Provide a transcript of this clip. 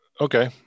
Okay